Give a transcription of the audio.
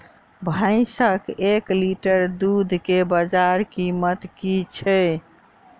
भैंसक एक लीटर दुध केँ बजार कीमत की छै?